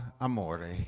Amore